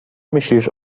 myślisz